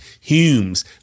Humes